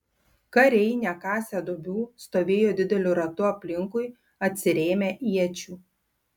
kariai nekasę duobių stovėjo dideliu ratu aplinkui atsirėmę iečių